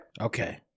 Okay